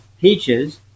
peaches